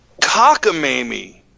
cockamamie